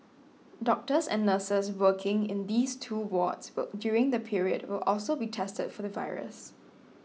doctors and nurses working in those two wards during the period will also be tested for the virus